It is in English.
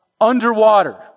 underwater